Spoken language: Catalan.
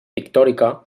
pictòrica